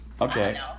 Okay